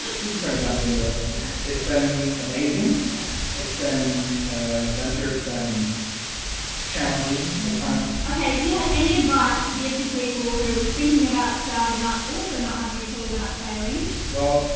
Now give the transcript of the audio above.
we just kinda jumped into it. yeah. it's been amazing. yeah it's been an adventure. it's been challenging at times. okay, if you had any advice to give to people who were thinking about starting up also not having a clue about sailing well,